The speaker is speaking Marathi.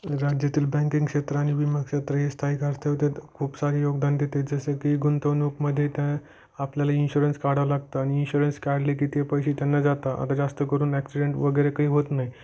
राज्यातील बँकिंग क्षेत्र आणि विमा क्षेत्र हे स्थायिक अर्थव्यथेत खूप सारे योगदान देते जसे की गुंतवणूकमध्ये ते आपल्याला इन्शुरन्स काढावं लागतं आणि इन्शुरन्स काढले की ते पैसे त्यांना जाता आता जास्त करून ॲक्सीडेन्ट वगैरे काही होत नाही